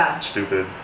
stupid